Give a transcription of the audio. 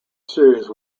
series